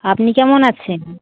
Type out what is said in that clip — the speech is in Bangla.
আপনি কেমন আছেন